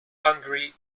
hungary